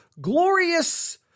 glorious